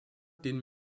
den